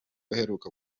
uheruka